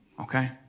okay